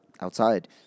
outside